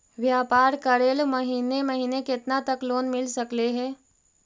व्यापार करेल महिने महिने केतना तक लोन मिल सकले हे?